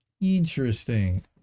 Interesting